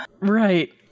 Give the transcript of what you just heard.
Right